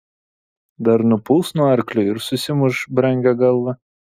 dar nupuls nuo arklio ir susimuš brangią galvą